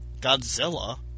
Godzilla